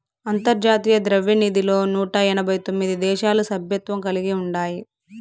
అంతర్జాతీయ ద్రవ్యనిధిలో నూట ఎనబై తొమిది దేశాలు సభ్యత్వం కలిగి ఉండాయి